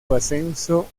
ascenso